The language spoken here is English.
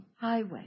highway